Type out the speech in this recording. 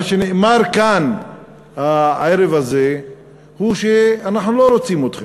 מה שנאמר כאן בערב הזה הוא שאנחנו לא רוצים אתכם.